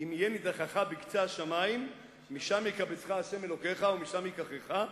"אם יהיה נדחך בקצה השמים משם יקבצך ה' אלוקיך ומשם יקחך".